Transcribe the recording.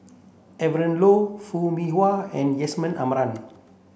Evon Foo Mee Har and Yusman Aman